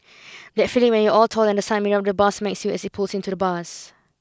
that feeling when you're all tall and the side mirror of the bus smacks you as it pulls into the bus